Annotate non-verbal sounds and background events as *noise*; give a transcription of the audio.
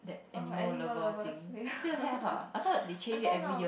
oh animal lovers *laughs* I don't know